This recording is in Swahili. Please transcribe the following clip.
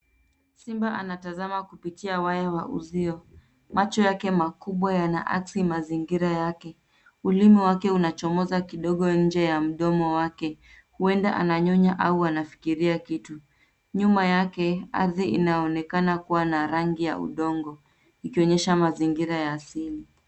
Simba anatazama kupitia waya wa uzio. Macho yake makubwa yanaaksi mazingira yake. Ulimi wake unachomoza kidogo nje ya mdomo wake, huenda ananyonya au anafikiria kitu. Nyuma yake, ardhi inaonekana kuwa na rangi ya udongo ikionyesha mazingira ya asili.